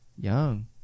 Young